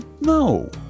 no